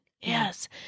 yes